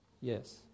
Yes